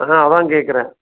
அதான் அதான் கேட்குறேன்